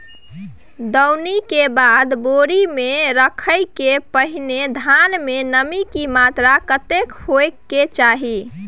दौनी के बाद बोरी में रखय के पहिने धान में नमी के मात्रा कतेक होय के चाही?